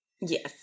Yes